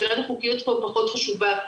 שאלת החוקיות פה פחות חשובה,